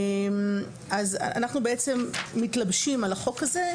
אנחנו בעצם מתלבשים על החוק הזה,